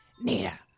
Nita